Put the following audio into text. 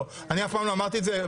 לא, אני אף פעם לא אמרתי את זה.